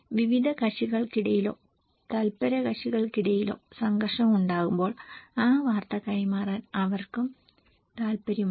വിവിധ കക്ഷികൾക്കിടയിലോ തൽപരകക്ഷികൾക്കിടയിലോ സംഘർഷം ഉണ്ടാകുമ്പോൾ ആ വാർത്ത കൈമാറാൻ അവർക്കും താൽപ്പര്യമുണ്ട്